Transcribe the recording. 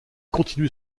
continue